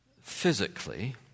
physically